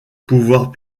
pouvoirs